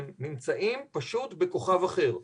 הם נמצאים פשוט בכוכב אחר,